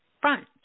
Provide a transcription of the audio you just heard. front